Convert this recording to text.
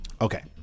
Okay